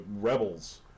Rebels